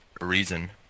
reason